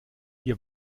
wir